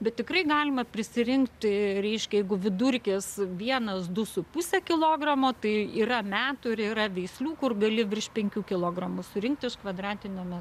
bet tikrai galima prisirinkti reiškia jeigu vidurkis vienas du su puse kilogramo tai yra metų ir yra veislių kur gali virš penkių kilogramų surinkti kvadratiniame